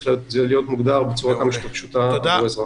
זה צריך להיות מוגדר בצורה כמה שיותר פשוטה לאזרח.